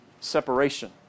separation